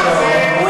חברת הכנסת ברקו.